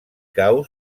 cau